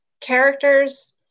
characters